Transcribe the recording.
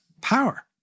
power